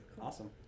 awesome